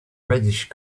reddish